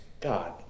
god